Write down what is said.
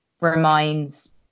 Reminds